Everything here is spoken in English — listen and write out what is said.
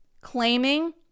Claiming